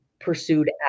pursued